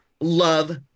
love